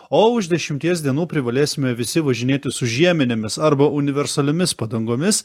o už dešimties dienų privalėsime visi važinėti su žieminėmis arba universaliomis padangomis